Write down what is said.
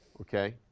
okay?